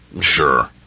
Sure